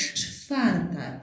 czwarta